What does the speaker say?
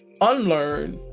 unlearn